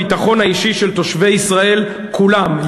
הביטחון האישי של תושבי ישראל כולם,